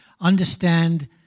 Understand